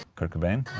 kurt cobain.